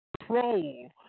control